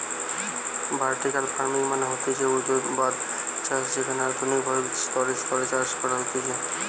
vertical farming মানে হতিছে ঊর্ধ্বাধ চাষ যেখানে আধুনিক ভাবে স্তরে চাষ করা হতিছে